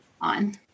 on